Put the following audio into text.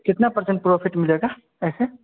कितना percent profit मिलेगा ऐसे